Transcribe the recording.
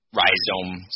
rhizome